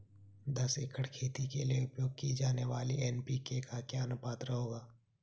दस एकड़ खेती के लिए उपयोग की जाने वाली एन.पी.के का अनुपात क्या होगा?